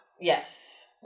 Yes